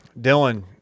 Dylan